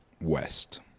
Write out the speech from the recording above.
West